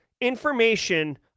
information